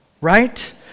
right